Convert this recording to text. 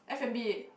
F and B